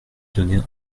donner